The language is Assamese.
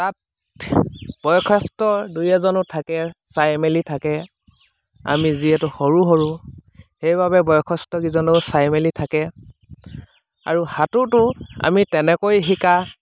তাত বয়সস্থ দুই এজনো থাকে চাই মেলি থাকে আমি যিহেতু সৰু সৰু সেইবাবে বয়সস্থ কেইজনেও চাই মেলি থাকে আৰু সাঁতোৰটো আমি তেনেকৈ শিকা